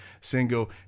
single